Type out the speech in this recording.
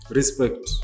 Respect